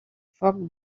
foc